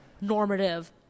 normative